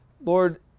Lord